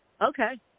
Okay